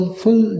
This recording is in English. full